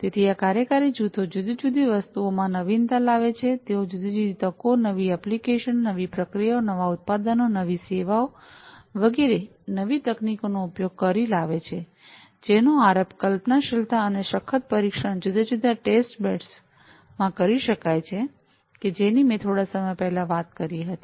તેથી આ કાર્યકારી જૂથો જુદી જુદી વસ્તુઓ માં નવીનતા લાવે છે તેઓ જુદી જુદી તકો નવી એપ્લિકેશનો નવી પ્રક્રિયાઓ નવા ઉત્પાદનો નવી સેવાઓ વગેરે નવી તકનીકો નો ઉપયોગ કરી લાવે છે જેનો આરંભ કલ્પનાશીલતા અને સખત પરીક્ષણ જુદા જુદા ટેસ્ટબેડ્સ માં કરી શકાય છે કે જેની મેં થોડા સમય પહેલાં જ વાત કરી હતી